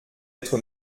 être